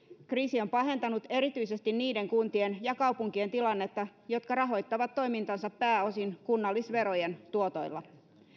kriisi on pahentanut erityisesti niiden kuntien ja kaupunkien tilannetta jotka rahoittavat toimintansa pääosin kunnallisverojen tuotoilla